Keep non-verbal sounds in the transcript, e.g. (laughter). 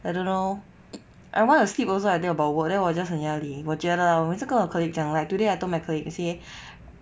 I don't know (noise) I want to sleep also I think about work then 我 just 很压力我觉得啊我每次跟我 colleague 讲 like today I told my colleague say (breath)